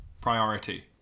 priority